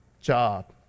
job